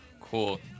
Cool